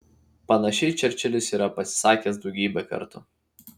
panašiai čerčilis yra pasisakęs daugybę kartų